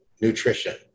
nutrition